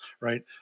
right